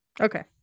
Okay